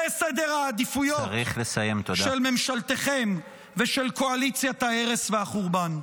זה סדר העדיפויות של ממשלתכם ושל קואליציית ההרס והחורבן.